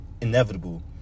inevitable